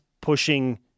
pushing